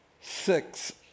six